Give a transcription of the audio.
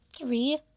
three